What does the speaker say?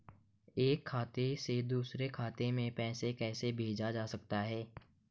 एक खाते से दूसरे खाते में पैसा कैसे भेजा जा सकता है?